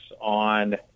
on